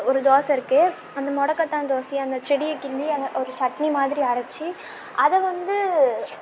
ஒரு தோசை இருக்கு அந்த முடக்கத்தான் தோசையை அந்த செடியை கிள்ளி அங்கே ஒரு சட்னி மாதிரி அரைச்சு அதை வந்து